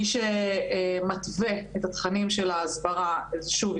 מי שמתווה את התכנים של ההסברה זו שוב,